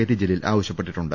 T Jaleel ആവശ്യപ്പെട്ടിട്ടുണ്ട്